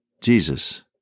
Jesus